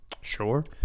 Sure